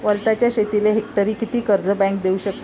वलताच्या शेतीले हेक्टरी किती कर्ज बँक देऊ शकते?